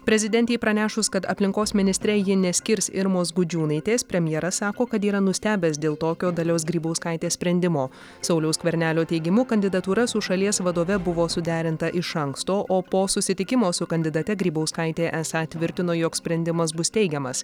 prezidentei pranešus kad aplinkos ministre ji neskirs irmos gudžiūnaitės premjeras sako kad yra nustebęs dėl tokio dalios grybauskaitės sprendimo sauliaus skvernelio teigimu kandidatūra su šalies vadove buvo suderinta iš anksto o po susitikimo su kandidate grybauskaitė esą tvirtino jog sprendimas bus teigiamas